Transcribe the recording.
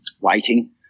waiting